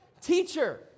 Teacher